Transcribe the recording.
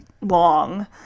long